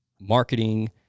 marketing